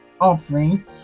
offering